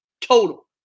total